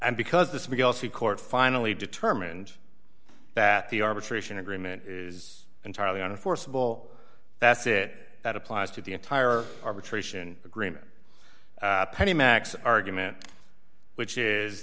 and because this because he court finally determined that the arbitration agreement is entirely on a forcible that's it that applies to the entire arbitration agreement penny mac's argument which is